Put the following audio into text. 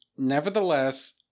Nevertheless